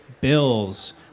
bills